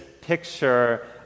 picture